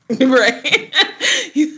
right